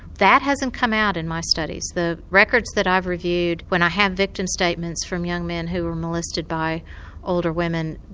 that hasn't come out in my studies, the records that i've reviewed when i have victim statements from young men who were molested by older women,